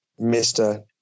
Mr